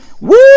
Woo